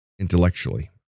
intellectually